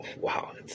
wow